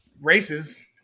races